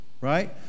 right